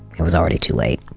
it was already too late